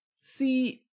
See